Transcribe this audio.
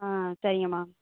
ஆ சரிங்கம்மா